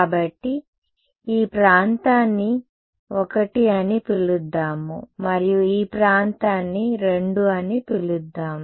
కాబట్టి ఈ ప్రాంతాన్ని I అని పిలుద్దాం మరియు ఈ ప్రాంతాన్ని II అని పిలుద్దాం